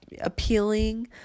appealing